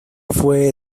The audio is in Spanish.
fue